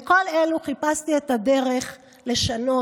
בין כל אלה חיפשתי את הדרך לשנות,